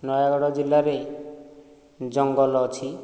ନୟାଗଡ଼ ଜିଲ୍ଲାରେ ଜଙ୍ଗଲ ଅଛି